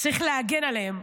צריך להגן עליהם.